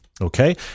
Okay